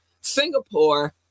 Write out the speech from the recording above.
singapore